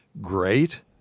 great